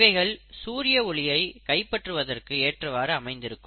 இவைகள் சூரிய ஒளியை கைப்பற்றுவதற்கு ஏற்றவாறு அமைந்திருக்கும்